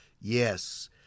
Yes